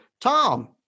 Tom